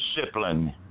discipline